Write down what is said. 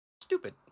stupid